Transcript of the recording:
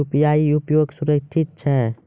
UPI उपयोग सुरक्षित छै?